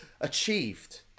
achieved